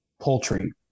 poultry